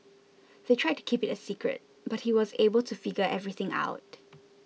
they tried to keep it a secret but he was able to figure everything out